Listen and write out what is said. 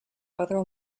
other